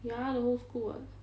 ya the whole school [what]